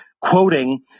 quoting